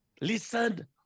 listen